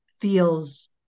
feels